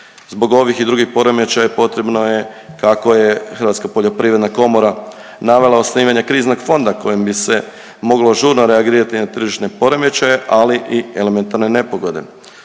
Zbog ovih i drugih poremećaja potrebno je kako je Hrvatska poljoprivredna komora navela, osnivanje kriznog fonda kojim bi se moglo žurno reagirati na tržišne poremećaje ali i elementarne nepogode.